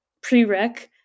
prereq